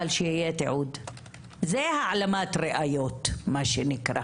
אבל שיהיה תיעוד - זה העלמת ראיות מה שנקרא.